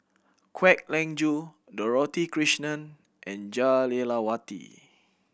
Kwek Leng Joo Dorothy Krishnan and Jah Lelawati